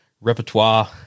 repertoire